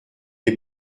est